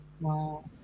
Wow